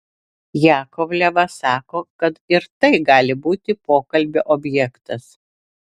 jakovlevas sako kad ir tai gali būti pokalbio objektas